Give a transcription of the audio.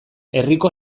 herriko